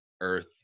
earth